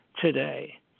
today